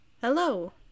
Hello